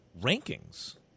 rankings